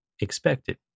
expected